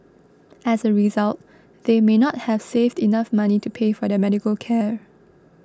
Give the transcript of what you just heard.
as a result they may not have saved enough money to pay for their medical care